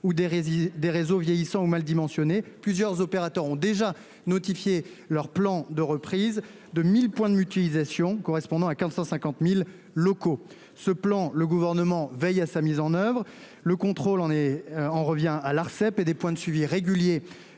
des des réseaux vieillissants ou mal dimensionnés. Plusieurs opérateurs ont déjà notifié leur plan de reprise de 1000 points de mutualisation correspondant à 450.000 locaux ce plan, le gouvernement veille à sa mise en oeuvre le contrôle en et on revient à l'Arcep et des points de suivi régulier.